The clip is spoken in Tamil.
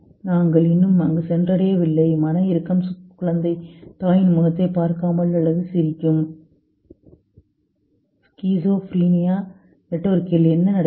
நாங்கள் இன்னும் அங்கு சென்றடையவில்லை மன இறுக்கம் குழந்தை தாயின் முகத்தைப் பார்க்காமல் அல்லது சிரிக்கும் ஸ்கிசோஃப்ரினியா நெட்வொர்க்கில் என்ன நடக்கிறது